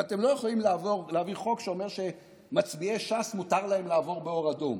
ואתם לא יכולים להעביר חוק שלפיו למצביעי ש"ס מותר לעבור באור אדום,